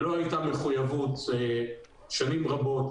לא הייתה מחויבות שנים רבות